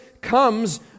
comes